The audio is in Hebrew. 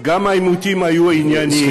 גם העימותים היו ענייניים.